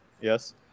yes